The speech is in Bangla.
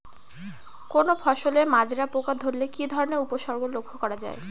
কোনো ফসলে মাজরা পোকা ধরলে কি ধরণের উপসর্গ লক্ষ্য করা যায়?